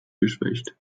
geschwächt